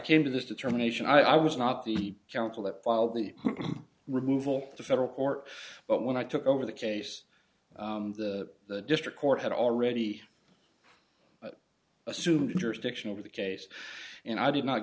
came to this determination i was not the counsel that filed the removal of the federal court but when i took over the case the district court had already assumed jurisdiction over the case and i did not